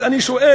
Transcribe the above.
אז אני שואל: